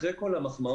אחרי כל המחמאות,